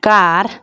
car